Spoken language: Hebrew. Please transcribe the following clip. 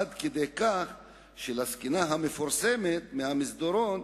עד כדי כך שלזקנה המפורסמת מהמסדרון